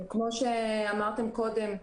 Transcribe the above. כמו שאמרתם קודם.